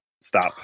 stop